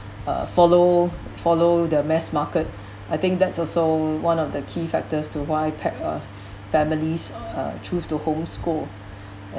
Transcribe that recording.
uh follow follow the mass market I think that's also one of the key factors to why pac~ uh families uh choose to homeschool